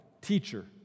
Teacher